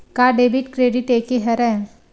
का debit credit एके हरय?